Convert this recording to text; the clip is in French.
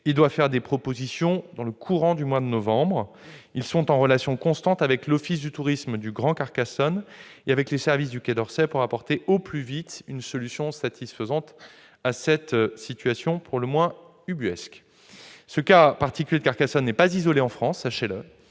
et doit faire des propositions dans le courant du mois de novembre. Elle est en relation constante avec l'office du tourisme du Grand Carcassonne et les services du Quai d'Orsay pour apporter au plus vite une solution satisfaisante à cette situation pour le moins ubuesque. Ce cas particulier de Carcassonne n'est pas isolé en France ; d'autres